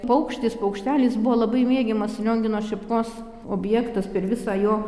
paukštis paukštelis buvo labai mėgiamas liongino šepkos objektas per visą jo